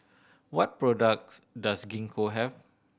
what products does Gingko have